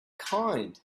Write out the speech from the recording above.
kind